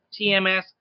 tms